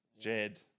Jed